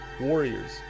warriors